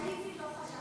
נאיבי לא חשבתי שאתה.